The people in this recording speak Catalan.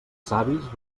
savis